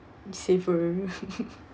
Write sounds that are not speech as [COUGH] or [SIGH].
save for [LAUGHS]